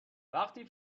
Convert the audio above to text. وقتی